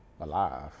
alive